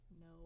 No